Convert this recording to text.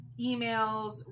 emails